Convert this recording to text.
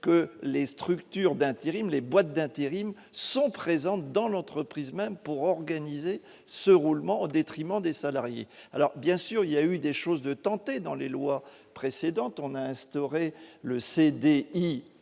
que les structures d'intérim les boîtes d'intérim sont présentes dans l'entreprise même pour organiser ce roulement au détriment des salariés, alors bien sûr, il y a eu des choses de tenter dans les lois précédentes, on a instauré le CD